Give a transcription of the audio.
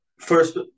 first